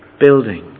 building